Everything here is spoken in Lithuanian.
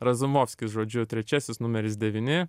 razumofskis žodžiu trečiasis numeris devyni